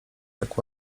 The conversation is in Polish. jak